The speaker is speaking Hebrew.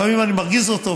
לפעמים אני מרגיז אותו,